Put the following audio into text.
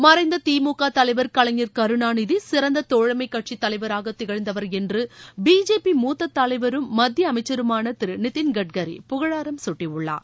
மறைந்த திமுக தலைவர் கலைஞர் கருணாநிதி சிறந்த தோழமை கட்சித் தலைவராக திகழ்ந்தவர் என்று பிஜேபி மூத்த தலைவரும் மத்திய அமைச்சருமான திரு நிதின் கட்கரி புகழாரம் சூட்டியுள்ளார்